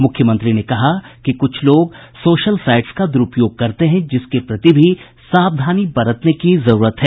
मुख्यमंत्री ने कहा कि कुछ लोग सोशल साईट्स का दुरूपयोग करते हैं जिसके प्रति भी सावधानी बरतने की जरूरत है